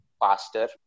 faster